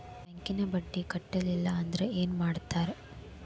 ಬ್ಯಾಂಕಿನ ಬಡ್ಡಿ ಕಟ್ಟಲಿಲ್ಲ ಅಂದ್ರೆ ಏನ್ ಮಾಡ್ತಾರ?